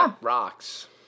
rocks